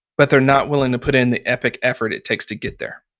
but they're not willing to put in the epic effort it takes to get there.